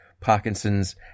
Parkinson's